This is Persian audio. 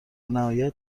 نهایت